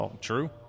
True